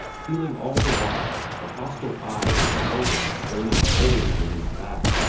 feeling all the while the hostile eyes of the elder burning holes in his back,